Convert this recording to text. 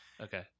okay